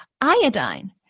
Iodine